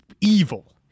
evil